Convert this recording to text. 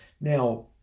Now